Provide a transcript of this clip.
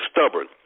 stubborn